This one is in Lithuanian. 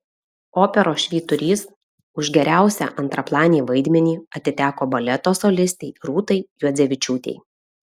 operos švyturys už geriausią antraplanį vaidmenį atiteko baleto solistei rūtai juodzevičiūtei